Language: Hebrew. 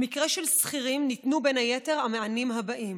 במקרה של שכירים ניתנו בין היתר המענים האלה: